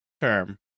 term